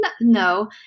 no